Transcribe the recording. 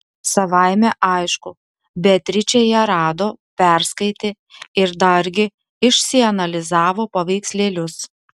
savaime aišku beatričė ją rado perskaitė ir dargi išsianalizavo paveikslėlius